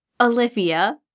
Olivia